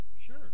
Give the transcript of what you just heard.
Sure